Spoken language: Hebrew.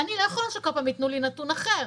אני לא יכולה שכל פעם ייתנו לי נתון אחר.